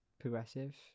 Progressive